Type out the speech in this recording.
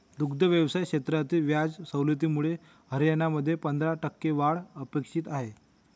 दुग्ध व्यवसाय क्षेत्रातील व्याज सवलतीमुळे हरियाणामध्ये पंधरा टक्के वाढ अपेक्षित आहे